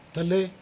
ਥੱਲੇ